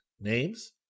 Names